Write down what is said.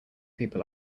people